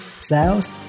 sales